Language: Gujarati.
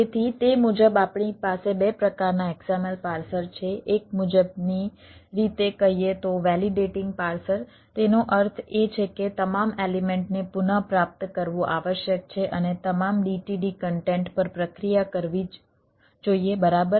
તેથી તે મુજબ આપણી પાસે 2 પ્રકારના XML પાર્સર છે એક મુજબની રીતે કહીએ તો વેલિડેટિંગ પાર્સર તેનો અર્થ એ છે કે તમામ એલિમેન્ટને પુનઃપ્રાપ્ત કરવું આવશ્યક છે અને તમામ DTD કન્ટેન્ટ પર પ્રક્રિયા કરવી જ જોઈએ બરાબર